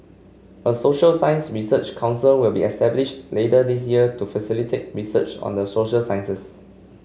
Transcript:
a social science research council will be established later this year to facilitate research on the social sciences